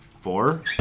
Four